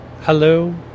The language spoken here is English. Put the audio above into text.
Hello